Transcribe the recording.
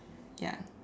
ya